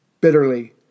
Bitterly